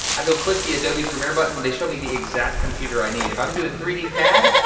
i go click the adobe premiere button, they show me the exact computer i need. if i'm doing three d cad,